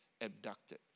abducted